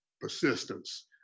persistence